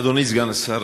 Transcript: אדוני סגן השר,